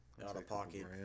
out-of-pocket